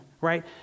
Right